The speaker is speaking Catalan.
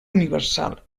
universal